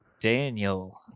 Daniel